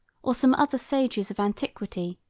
or some other sages of antiquity,